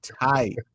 tight